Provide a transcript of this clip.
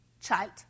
child